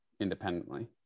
independently